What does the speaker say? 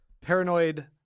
paranoid